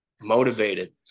motivated